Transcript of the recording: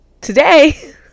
today